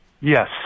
Yes